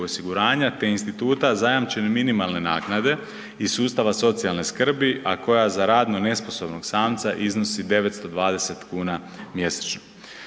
osiguranja te instituta zajamčene minimalne naknade iz sustava socijalne skrbi, a koja za radno nesposobnog samca iznosi 920 kuna mjesečno.